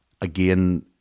again